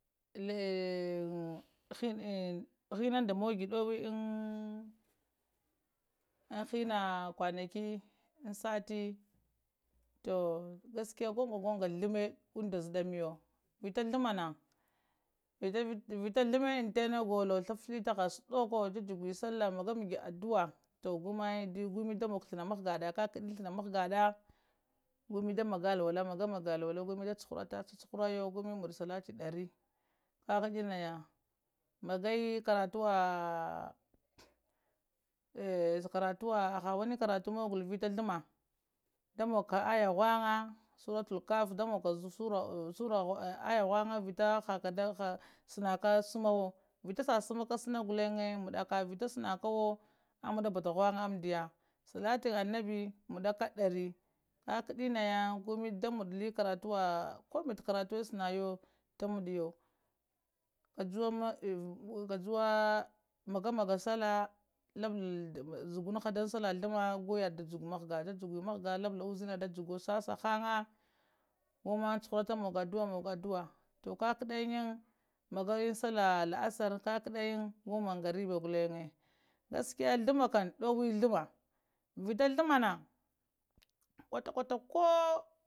Ləəə hə da mogə aŋ həna kwanakəng əəm sati to gaskiya gungonga ghlumma unda zəɗa məyo vitta ghlumma, vita ghluma inta na golo glaf-flumə taha sudoko ju-jughə sallah maga maghə adu'a to go mə da moghə ghlana mghəga ɗa kəkuɗə ghlama mgh-gəɗə go mə da ma ga alwala, maga-maga alwala gwəmə da cuhurata, vita cucuhari yo gwə da mogə salati darə, maga yə karatuwa əe-əe sa karatuwa, haha wuni karatu mo gwa vita ghluma da mogo ka əe ya ghnga suratul kafi, da mogo ka əe ya ghnga vita sanakə sumawe, vita sasunaka sumna ghlanə əe maɗəka vita sankow ghluəŋ amaɗa ɓata ghng am dəya salatin anabi muɗaka ko ɗari kakauɗi naya gowe mə da muɗə mə la karatuea, ko ɓata karatuwa sanayə da muɗə yo kajuwama kajuwa magamaga sallah lubla zagunha duŋ sallah ghlumma gwə yaɗa da jugwe sallah mghga jajugwe mghga gwe yadə da jugwe sasa ndiya goma cu-hanata maga adu'a da maga adu'a tu kakuɗə magən majayən sallah azahar, kaka ɗayə n go mangariba ghlanə gaskiya ghlumma kam ɗowə ghlumma ta glumma na kwata-kwata ko.